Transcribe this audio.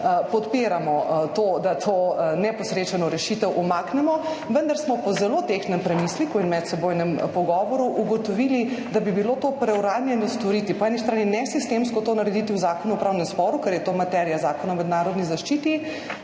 podpiramo to, da to neposrečeno rešitev umaknemo, vendar smo po zelo tehtnem premisleku in medsebojnem pogovoru ugotovili, da bi bilo to preuranjeno storiti, po eni strani nesistemsko to narediti v Zakonu o upravnem sporu, ker je to materija Zakona o mednarodni zaščiti.